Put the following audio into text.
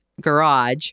garage